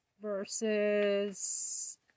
versus